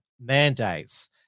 mandates